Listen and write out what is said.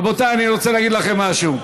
רבותי, אני רוצה להגיד לכם משהו: